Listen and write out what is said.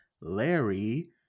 larry